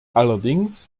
allerdings